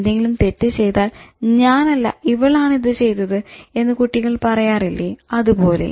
എന്തെങ്കിലും തെറ്റ് ചെയ്താൽ "ഞാനല്ല ഇവളാണ് ഇത് ചെയ്തത്" എന്ന് കുട്ടികൾ പറയില്ലേ അതുപോലെ